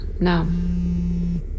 No